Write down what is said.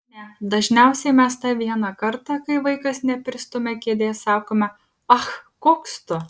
ne dažniausiai mes tą vieną kartą kai vaikas nepristumia kėdės sakome ach koks tu